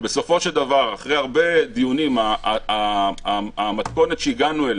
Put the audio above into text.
ובסופו של דבר אחרי הרבה דיונים המתכונת שהגענו אליה,